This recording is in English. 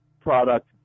product